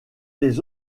les